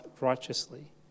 righteously